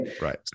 Right